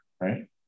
right